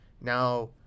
Now